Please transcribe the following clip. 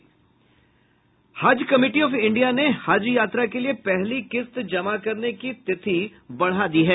हज Committee of India ने हज यात्रा के लिए पहली किस्त जमा करने की तिथि बढ़ा दी है